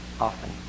often